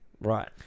right